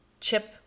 chip